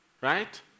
Right